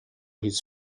his